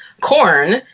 corn